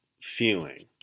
feeling